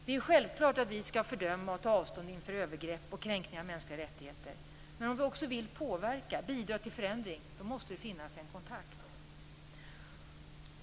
Det är självklart att vi skall fördöma och ta avstånd från övergrepp och kränkningar av de mänskliga rättigheterna, men om vi också vill påverka och bidra till förändring måste det finnas en kontakt.